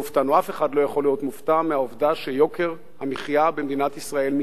אף אחד לא יכול להיות מופתע מהעובדה שיוקר המחיה במדינת ישראל עולה,